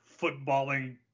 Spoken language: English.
footballing